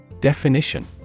Definition